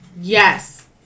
Yes